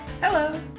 Hello